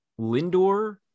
Lindor